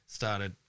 started